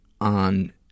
on